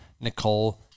Nicole